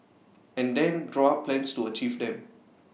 and then draw up plans to achieve them